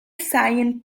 seien